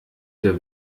der